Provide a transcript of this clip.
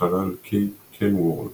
החלל קייפ קנוורל